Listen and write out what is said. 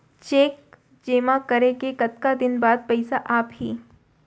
Cheque जेमा करें के कतका दिन बाद पइसा आप ही?